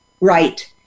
right